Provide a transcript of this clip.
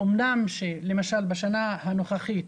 אמנם בשנה הנוכחית